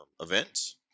events